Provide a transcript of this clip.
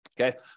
okay